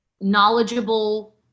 knowledgeable